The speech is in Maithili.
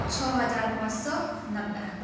छओ हजार पाँच सए नबे